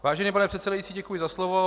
Vážený pane předsedající, děkuji za slovo.